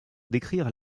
décrire